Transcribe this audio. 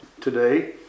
today